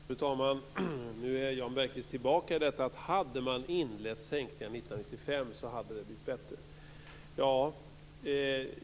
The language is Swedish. Fru talman! Nu är Jan Bergqvist tillbaka i detta att hade man inlett sänkningarna 1995 hade det blivit bättre.